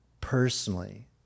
personally